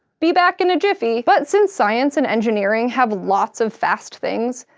be back in a jiffy! but since science and engineering have lots of fast things,